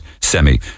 semi